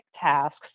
tasks